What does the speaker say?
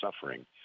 suffering